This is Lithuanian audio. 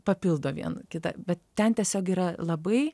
papildo viena kitą bet ten tiesiog yra labai